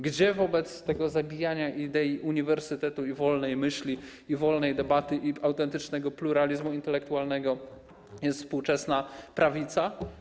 Gdzie wobec tego zabijania idei uniwersytetu i wolnej myśli, i wolnej debaty, i autentycznego pluralizmu intelektualnego jest współczesna prawica?